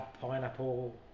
pineapple